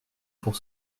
pour